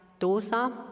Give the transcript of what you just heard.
dosa